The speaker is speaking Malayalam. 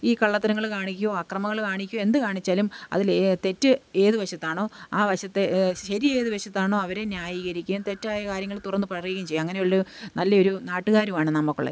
ഈ കള്ളത്തരങ്ങൾ കാണിക്കുമോ ആക്രമണങ്ങൾ കാണിക്കോ എന്ത് കാണിച്ചാലും അതിലെ തെറ്റ് ഏത് വശത്താണോ ആ വശത്തെ ശരിയേത് വശത്താണോ അവരെ ന്യായീകരിക്കുകയും തെറ്റായ കാര്യങ്ങൾ തുറന്നു പറയുകയും ചെയ്യും അങ്ങനെയുള്ള നല്ല ഒരു നാട്ടുകാരുമാണ് നമുക്കുള്ളത്